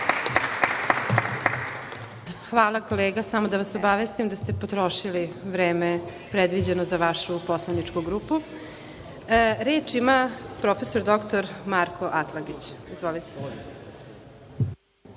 Hvala, kolega. Samo da vas obavestim da ste potrošili vreme predviđeno za vašu poslaničku grupu. Reč ima prof. dr Marko Atlagić. Izvolite.